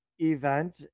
event